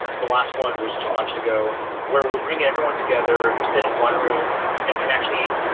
the last one was two months ago where we bring everyone together, sit in one room and can actually,